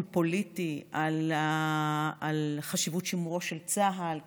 פוליטי על החשיבות של מורשת צה"ל כערך,